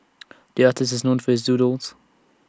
the artist is known for his doodles